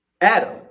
Adam